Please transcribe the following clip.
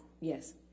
Yes